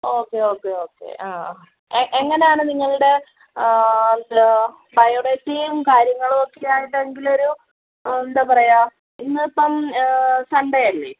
okay okay okay ആ ആ എങ്ങനെയാണ് നിങ്ങളുടെ ആ ബയോഡേറ്റയും കാര്യങ്ങളും ഒക്കെ ആയിട്ടെങ്കിലും ഒരു എന്താണ് പറയുക ഇന്നിപ്പം സൺഡെ അല്ലെ